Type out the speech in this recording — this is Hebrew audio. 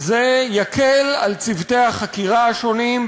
זה יקל על צוותי החקירה השונים,